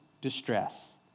distress